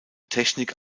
technik